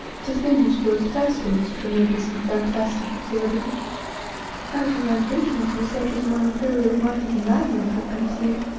the thing was grotesque in its tremendous and fantastic absurdity ayesha's ambitions were such as no imperial-minded madman could conceive.